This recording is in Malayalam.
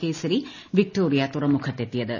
കേസരി വിക്ടോറിയ തുറമുഖത്തെത്തിയത്